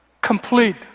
complete